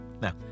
Now